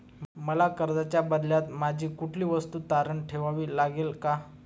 मला कर्जाच्या बदल्यात माझी कुठली वस्तू तारण ठेवावी लागेल का?